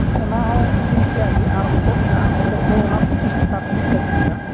ᱚᱱᱟ ᱦᱚᱸ ᱛᱤᱨᱤᱥ ᱴᱟᱠᱟ ᱜᱮ ᱟᱨ ᱦᱚᱛᱚᱫ ᱢᱮᱱᱟᱜᱼᱟ ᱦᱚᱛᱚᱫ ᱫᱚ ᱚᱱᱟ ᱯᱚᱸᱪᱤᱥ ᱴᱟᱠᱟ ᱯᱤᱥᱞᱮ ᱟᱠᱷᱨᱤᱧ ᱮᱫᱟ